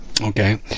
Okay